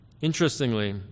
interestingly